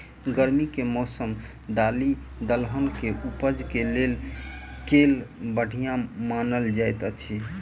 गर्मी केँ मौसम दालि दलहन केँ उपज केँ लेल केल बढ़िया मानल जाइत अछि?